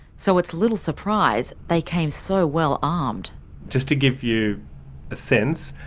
so it's little surprise they came so well-armed. just to give you a sense,